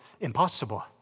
impossible